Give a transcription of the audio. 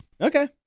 Okay